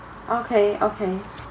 okay okay